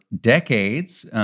decades